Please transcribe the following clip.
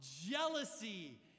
Jealousy